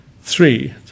Three